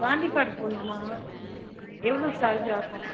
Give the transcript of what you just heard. Gandhi park போகணும்னா எவ்வளோ charge ஆகும்